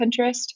Pinterest